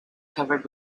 covered